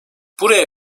buraya